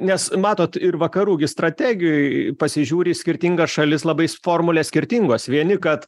nes matot ir vakarų gi strategijoj pasižiūri į skirtingas šalis labai formulės skirtingos vieni kad